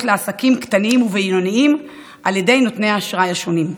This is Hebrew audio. לעסקים קטנים ובינוניים על ידי נותני האשראי השונים.